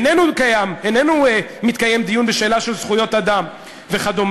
איננו מתקיים דיון "בשאלה של זכויות אדם וכדומה,